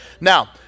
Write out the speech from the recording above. Now